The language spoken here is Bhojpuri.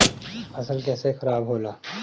फसल कैसे खाराब होला?